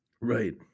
right